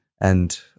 And-